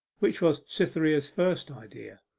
which was cytherea's first idea.